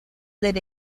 del